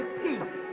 peace